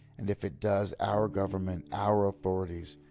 and if it does, our government, our authorities,